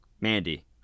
Mandy